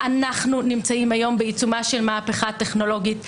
אנחנו נמצאים היום בעיצומה של מהפכה טכנולוגית.